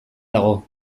dago